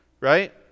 right